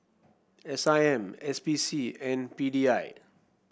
S I M S P C and P D I